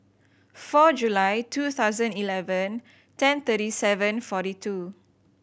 four July two thousand eleven ten thirty seven forty two